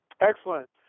Excellent